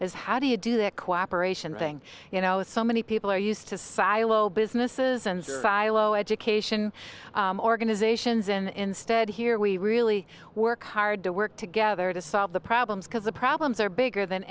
is how do you do that cooperation thing you know with so many people are used to silo businesses and silo education organizations and instead here we really work hard to work together to solve the problems because the problems are bigger than